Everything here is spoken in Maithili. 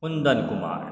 कुन्दन कुमार